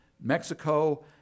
Mexico